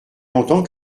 longtemps